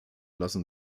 lassen